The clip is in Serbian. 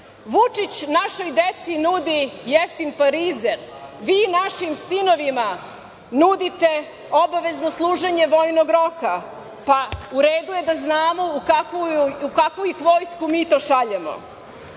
našoj deci nudi jeftin parizer, vi našim sinovima nudite obavezno služenje vojnog roka, pa je u redu da znamo u kakvu vojsku ih mi to šaljemo.